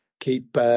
keep